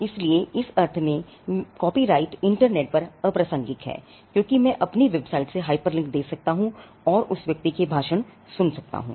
इसलिए इस अर्थ में कॉपीराइट इन्टरनेट पर अप्रासंगिक है क्योंकि मैं अपनी वेबसाइट से हाइपरलिंक दे सकता हूं और उस व्यक्ति के भाषण सुन सकता हूं